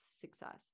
success